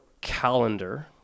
calendar